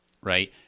right